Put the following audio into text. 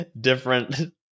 different